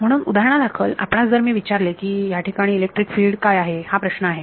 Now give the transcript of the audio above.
म्हणून उदाहरणादाखल आपणास जर मी विचारले की याठिकाणी इलेक्ट्रिक फील्ड काय आहे हा प्रश्न आहे